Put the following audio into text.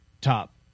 top